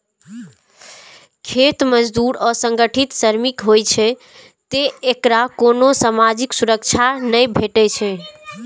खेत मजदूर असंगठित श्रमिक होइ छै, तें एकरा कोनो सामाजिक सुरक्षा नै भेटै छै